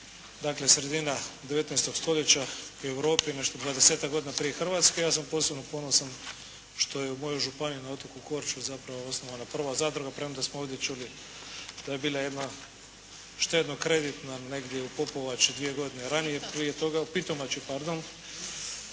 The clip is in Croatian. dakle sredina 19. stoljeća u Europi, nešto dvadesetak godina prije Hrvatske. Ja sam posebno ponosan što je u mojoj županiji na otoku Korčuli zapravo osnovana prva zadruga, premda smo ovdje čuli da je bila jedna štedno-kreditna negdje u Popovači 2 godine ranije prije toga, u Pitomači, pardon.